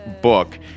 Book